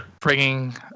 bringing